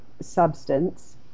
substance